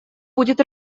будет